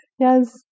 Yes